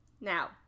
Now